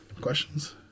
Questions